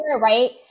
right